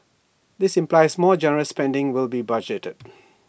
this implies more generous spending will be budgeted